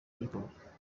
bikorwa